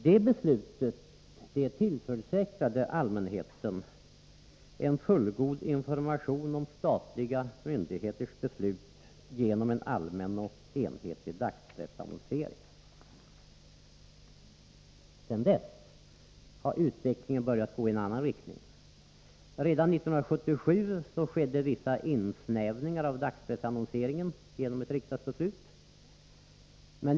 Det beslutet tillförsäkrade allmänheten en fullgod information om statliga myndigheters beslut genom en allmän och enhetlig dagspressannonsering. Sedan dess har utvecklingen börjat gå i en annan riktning. Redan 1977 skedde viss insnävning av dagspressannonseringen genom ett beslut i riksdagen.